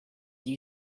you